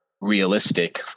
realistic